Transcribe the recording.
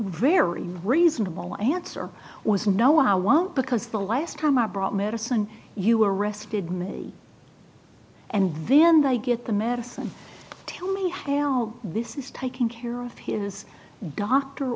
very reasonable answer was no i won't because the last time i brought medicine you arrested me and then they get the madison tell me how this is taking care of his doctor